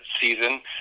season